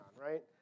right